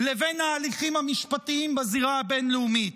לבין ההליכים המשפטיים בזירה הבין-לאומית.